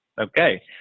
Okay